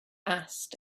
asked